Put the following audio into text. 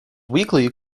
weekly